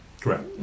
Correct